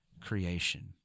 creation